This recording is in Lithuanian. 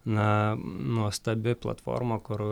na nuostabi platforma kur